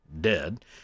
dead